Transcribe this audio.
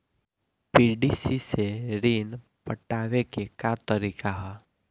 PDC से ऋण पटावे के का तरीका ह?